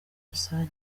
rusange